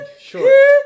Sure